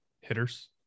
hitters